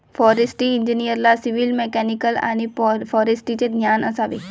forestry इंजिनिअरला civil, mechanical आणि फॉरेस्ट्रीचे ज्ञान असावे